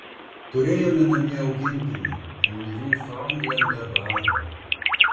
turėjome namie augintinį niufaundlendą bardą